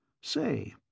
Say